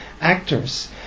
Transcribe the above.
actors